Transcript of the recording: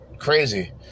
crazy